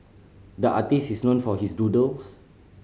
the artist is known for his doodles